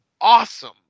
awesome